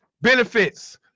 Benefits